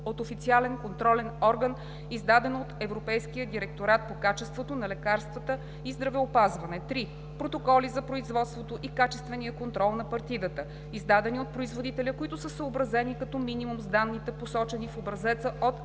от официален контролен орган, издадено от Европейския директорат по качеството на лекарствата и здравеопазване; 3. протоколи за производството и качествения контрол на партидата, издадени от производителя, които са съобразени като минимум с данните, посочени в образеца от